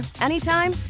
anytime